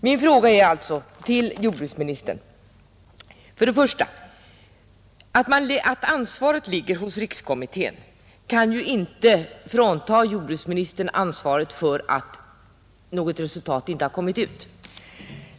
Mina ytterligare frågor till jordbruksministern är därför följande: 1. Att uppgiften ligger hos rikskommittén kan ju inte frånta jordbruksministern ansvaret för att något resultat inte har kommit ut.